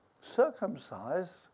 circumcised